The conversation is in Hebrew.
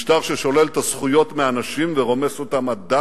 משטר ששולל את הזכויות מהנשים ורומס אותן עד דק.